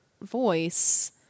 Voice